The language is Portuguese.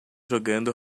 jogando